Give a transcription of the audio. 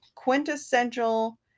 quintessential